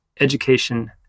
education